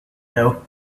know